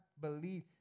believe